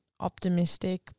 optimistic